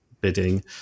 bidding